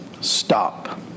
stop